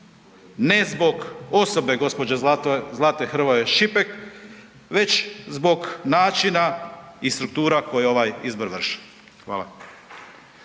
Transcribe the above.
ne zbog osobe gospođe Zlate Hrvoj Šipek, već zbog načina i struktura koje ovaj izbor vrše. Hvala.